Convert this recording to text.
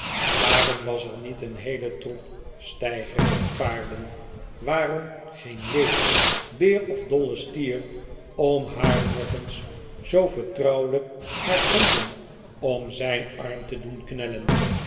waarom was er niet een heele troep steigerende paarden waarom geen leeuw beer of dolle stier om haar nog eens zoo vertrouwelijk haar handen om zijn arm te doen knellen